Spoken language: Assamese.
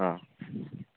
অ